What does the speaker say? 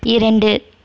இரண்டு